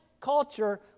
Culture